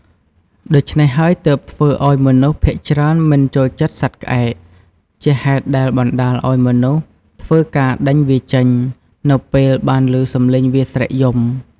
ដូច្នេះហើយទើបធ្វើឱ្យមនុស្សភាគច្រើនមិនចូលចិត្តសត្វក្អែក ជាហេតុដែលបណ្តាលឲ្យមនុស្សធ្វើការដេញវាចេញ នៅពេលបានឮសម្លេងវាស្រែកយំ។